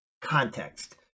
context